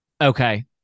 Okay